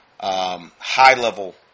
High-level